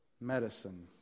medicine